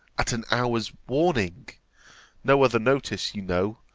at an hour's warning no other notice, you know,